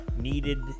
needed